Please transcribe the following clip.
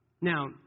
Now